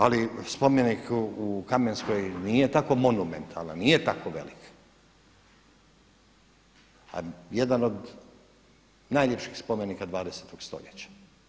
Ali spomenik u Kamenskoj nije tako monumentalan, nije tako velik, a jedan od najljepših spomenika 20. stoljeća.